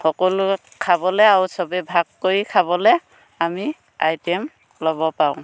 সকলো লগত খাবলে আৰু চবেই ভাগ কৰি খাবলে আমি আইটেম ল'ব পাৰোঁ